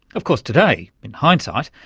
of course today, in hindsight,